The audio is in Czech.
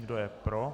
Kdo je pro?